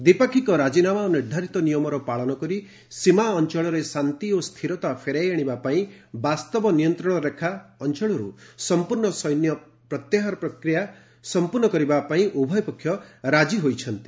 ଦ୍ୱିପାକ୍ଷିକ ରାଜିନାମା ଓ ନିର୍ଦ୍ଧାରିତ ନିୟମର ପାଳନ କରି ସୀମା ଅଞ୍ଚଳରେ ଶାନ୍ତି ଓ ସ୍ଥିରତା ଫେରାଇ ଆଣିବା ପାଇଁ ବାସ୍ତବ ନିୟନ୍ତ୍ରଣରେଖା ଅଞ୍ଚଳରୁ ସମ୍ପୂର୍ଣ୍ଣ ସୈନ୍ୟ ପ୍ରତ୍ୟାହାର ପ୍ରକ୍ରିୟା ସମ୍ପୂର୍ଣ୍ଣ କରିବା ପାଇଁ ଉଭୟ ପକ୍ଷ ରାଜି ହୋଇଛନ୍ତି